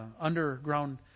underground